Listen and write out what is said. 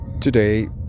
Today